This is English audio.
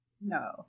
No